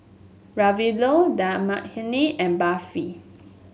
Ravioli Dal Makhani and Barfi